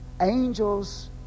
angels